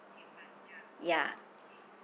yeah